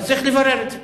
אז צריך לברר את זה,